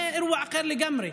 זה אירוע אחר לגמרי.